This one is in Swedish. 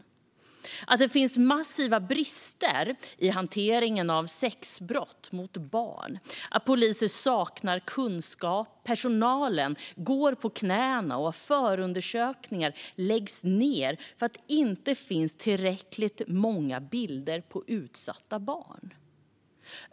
Man tar upp att det finns massiva brister i hanteringen av sexbrott mot barn och att poliser saknar kunskap. Personalen går på knäna, och förundersökningar läggs ned för att det inte finns tillräckligt många bilder på utsatta barn.